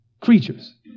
creatures